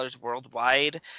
worldwide